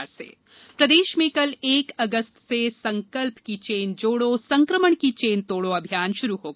corona अभियान प्रदेश में कल एक अगस्त से संकल्प की चेन जोड़ो संक्रमण की चेन तोड़ो अभियान शुरू होगा